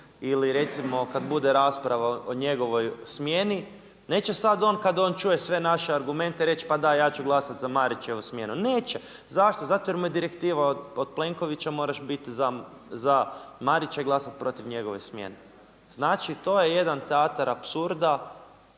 Ili recimo kada bude rasprava o njegovoj smjeni, neće sad on kada on čuje sve naše argumente reći, pa da, ja ću glasati za Marićevu smjenu, neće. Zašto? Zato što mu je direktiva od Plenkovića, moraš biti za Marića i glasati preko njegove smjene. Znači to je jedan teatar apsurda